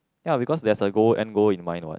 ya because there's a goal aim goal in mind what